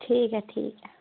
ठीक ऐ ठीक ऐ